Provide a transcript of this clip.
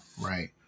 Right